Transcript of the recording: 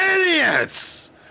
Idiots